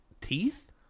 teeth